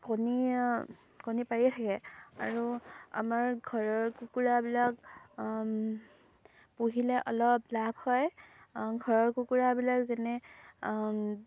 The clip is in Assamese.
কণী কণী পাৰিয়ে থাকে আৰু আমাৰ ঘৰৰ কুকুৰাবিলাক পুহিলে অলপ লাভ হয় ঘৰৰ কুকুৰাবিলাক যেনে